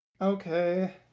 Okay